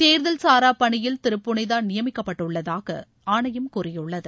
தேர்தல் சாரா பணியில் திரு புனேதா நியமிக்கப்பட்டுள்ளதாக ஆணையம் கூறியுள்ளது